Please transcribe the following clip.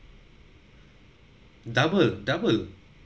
double double